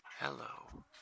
Hello